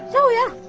oh, yeah,